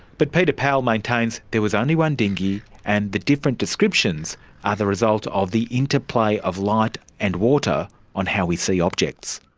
but peter powell maintains there was only one dinghy and the different descriptions are the result of the interplay of light and water on how we see objects.